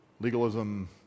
legalism